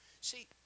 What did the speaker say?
See